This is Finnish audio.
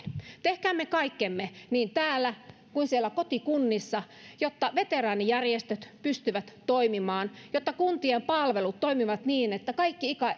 tehkäämme kaikkemme niin täällä kuin siellä kotikunnissa jotta veteraanijärjestöt pystyvät toimimaan jotta kuntien palvelut toimivat niin että kaikille